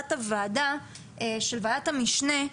לעבודת הוועדה לועדת המשנה,